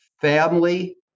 family